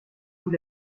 vous